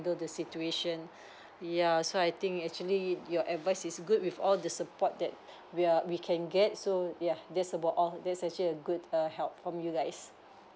the situation yeah so I think actually your advice is good with all the support that we are we can get so yeah that's about all that's actually a good err help from you guys